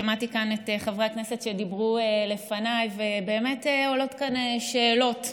שמעתי כאן את חברי הכנסת שדיברו לפניי ובאמת עולות כאן שאלות.